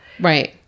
right